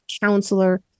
counselor